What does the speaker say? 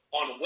on